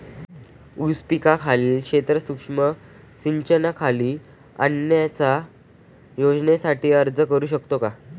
ऊस पिकाखालील क्षेत्र सूक्ष्म सिंचनाखाली आणण्याच्या योजनेसाठी अर्ज करू शकतो का?